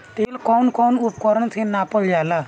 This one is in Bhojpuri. तेल कउन कउन उपकरण से नापल जाला?